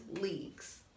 Leagues